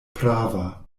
prava